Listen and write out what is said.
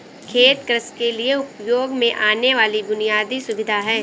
खेत कृषि के लिए उपयोग में आने वाली बुनयादी सुविधा है